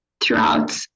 throughout